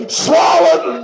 swallowed